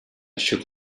shook